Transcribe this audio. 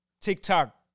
TikTok